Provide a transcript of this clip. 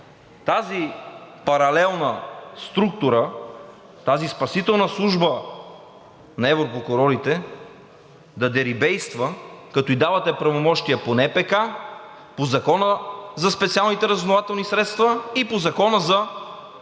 тази паралелна структура, тази спасителна служба на европрокурорите да дерибейства, като ѝ давате правомощия по НПК, по Закона за специалните разузнавателни средства и по Закона за